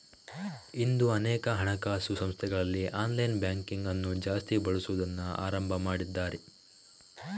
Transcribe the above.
ಇಂದು ಅನೇಕ ಹಣಕಾಸು ಸಂಸ್ಥೆಗಳಲ್ಲಿ ಆನ್ಲೈನ್ ಬ್ಯಾಂಕಿಂಗ್ ಅನ್ನು ಜಾಸ್ತಿ ಬಳಸುದನ್ನ ಆರಂಭ ಮಾಡಿದ್ದಾರೆ